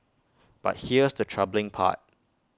but here's the troubling part